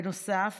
בנוסף,